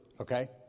okay